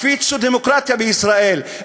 הפיצו דמוקרטיה בישראל,